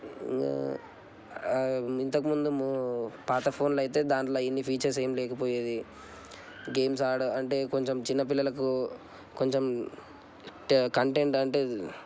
ఇంతకుముందు పాత ఫోన్లు అయితే దానిలో ఇన్ని ఫీచర్స్ ఏమీ లేకపోయేది గేమ్స్ ఆడడం అంటే కొంచెం చిన్న పిల్లలకు కొంచెం కంటెంట్ అంటే